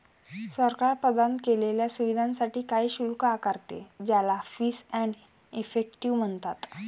सरकार प्रदान केलेल्या सुविधांसाठी काही शुल्क आकारते, ज्याला फीस एंड इफेक्टिव म्हणतात